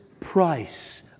price